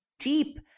deep